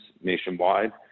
nationwide